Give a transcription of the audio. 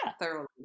Thoroughly